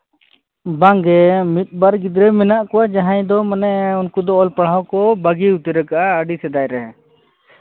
ᱵᱟᱝ ᱜᱮ ᱢᱤᱫ ᱵᱟᱨ ᱜᱤᱫᱽᱨᱟᱹ ᱢᱮᱱᱟᱜ ᱠᱚᱣᱟ ᱡᱟᱦᱟᱸᱭ ᱫᱚ ᱢᱟᱱᱮ ᱩᱱᱠᱩ ᱫᱚ ᱚᱞ ᱯᱟᱲᱦᱟᱣ ᱠᱚ ᱵᱟᱹᱜᱤ ᱩᱛᱟᱹᱨ ᱟᱠᱟᱫᱟ ᱟᱹᱰᱤ ᱥᱮᱫᱟᱭ ᱨᱮ